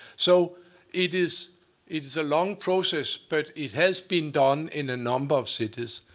so it is it is a long process, but it has been done in a number of cities.